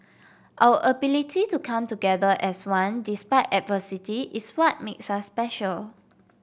our ability to come together as one despite adversity is what makes us special